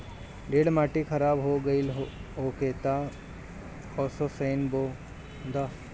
ढेर माटी खराब हो गइल होखे तअ असो सनइ बो दअ